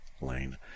lane